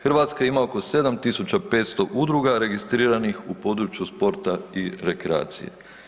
Hrvatska ima oko 7500 udruga registriranih u području sporta i rekreacije.